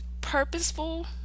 purposeful